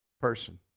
person